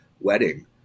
wedding